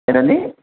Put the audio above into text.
ఏంటండీ